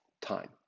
time